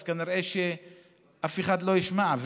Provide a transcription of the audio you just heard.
כנראה שאף אחד לא ישמע,